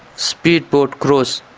speed boat crews.